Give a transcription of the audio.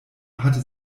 hatte